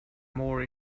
more